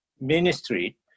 Ministry